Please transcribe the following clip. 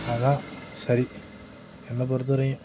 அதுதான் சரி என்னை பொறுத்த வரையும்